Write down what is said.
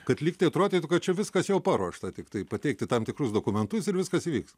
kad lyg tai atrodytų kad čia viskas jau paruošta tiktai pateikti tam tikrus dokumentus ir viskas įvyks